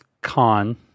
con